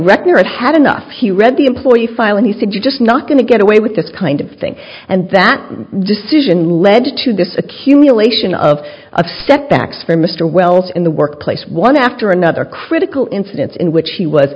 and had enough he read the employee file and he said you're just not going to get away with this kind of thing and that decision led to this accumulation of of setbacks for mr wells in the workplace one after another critical incidents in which he was